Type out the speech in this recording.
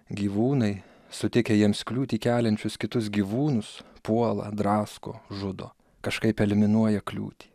gyvūnai sutikę jiems kliūtį keliančius kitus gyvūnus puola drasko žudo kažkaip eliminuoja kliūtį